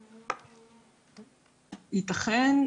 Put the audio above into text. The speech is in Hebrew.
ייתכן.